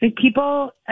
People